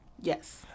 Yes